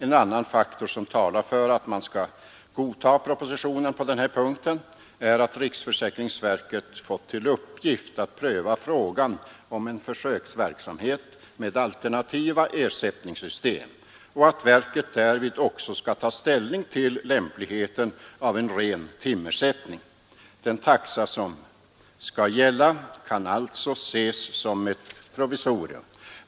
En annan faktor som talar för att man skall godta propositionen på den här punkten är att riksförsäkringsverket fått till uppgift att pröva frågan om en försöksverksamhet med alternativa ersättningssystem och att verket därvid också skall ta ställning till lämpligheten av en ren timersättning. Den taxa som skall gälla kan alltså ses som ett provisorium.